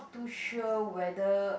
too sure whether